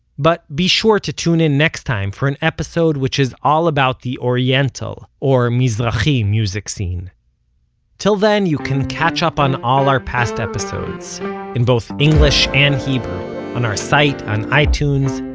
but be sure to tune in next time for an episode which is all about the oriental, or mizrachi music scene till then, you can catch up on all our past episodes in both english and hebrew on our site, on itunes,